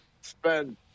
spend